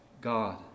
God